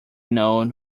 know